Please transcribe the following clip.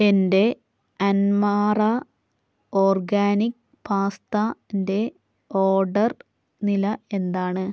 എന്റെ അൻമാറ ഓർഗാനിക് പാസ്താന്റെ ഓർഡർ നില എന്താണ്